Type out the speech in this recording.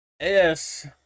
yes